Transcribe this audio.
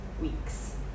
weeks